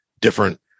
different